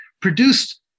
produced